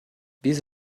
биз